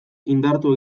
indartu